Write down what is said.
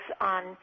on